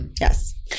Yes